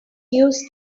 use